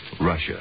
Russia